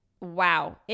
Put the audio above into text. wow